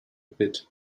bit